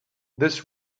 this